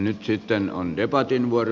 nyt on debatin vuoro